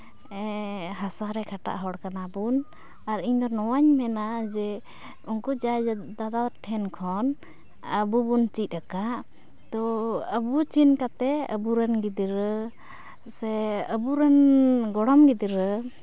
ᱦᱟᱥᱟ ᱨᱮ ᱠᱷᱟᱴᱟᱜ ᱦᱚᱲ ᱠᱟᱱᱟᱵᱚᱱ ᱟᱨ ᱤᱧ ᱫᱚ ᱱᱚᱣᱟᱧ ᱢᱮᱱᱟ ᱡᱮ ᱩᱱᱠᱩ ᱡᱟᱭ ᱫᱟᱫᱟ ᱴᱷᱮᱱ ᱠᱷᱚᱱ ᱟᱵᱚ ᱵᱚᱱ ᱪᱮᱫ ᱟᱠᱟᱫ ᱛᱚ ᱟᱵᱚ ᱪᱤᱱᱛᱟᱹᱛᱮ ᱟᱵᱚ ᱨᱮᱱ ᱜᱤᱫᱽᱨᱟᱹ ᱥᱮ ᱟᱵᱚᱨᱮᱱ ᱜᱚᱲᱚᱢ ᱜᱤᱫᱽᱨᱟᱹ